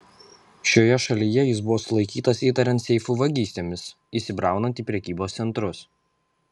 šioje šalyje jis buvo sulaikytas įtariant seifų vagystėmis įsibraunant į prekybos centrus